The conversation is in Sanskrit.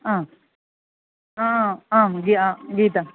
हा हा आं गी गीता